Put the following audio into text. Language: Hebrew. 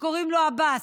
שקוראים לו עבאס,